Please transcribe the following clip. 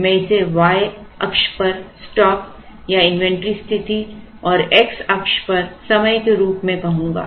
मैं इसे y अक्ष पर स्टॉक या इन्वेंट्री स्थिति और x अक्ष पर समय के रूप में कहूंगा